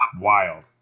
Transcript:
wild